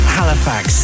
Halifax